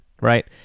right